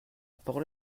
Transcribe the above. parole